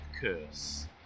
curse